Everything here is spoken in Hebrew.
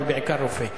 אבל בעיקר רופא.